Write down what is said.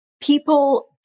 people